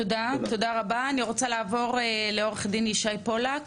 תודה רבה, אני רוצה לעבור לעו"ד ישי פולק,